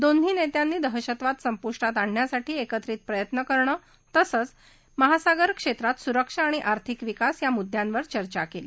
दोन्ही नस्त्रांनी दहशतवाद संपुष्टात आणण्यासाठी एकत्रित प्रयत्न तसंच हिंद महासागर क्षम्रात सुरक्षा आणि आर्थिक विकास या मुद्यावर चर्चा क्ली